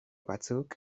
batzuk